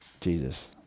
Jesus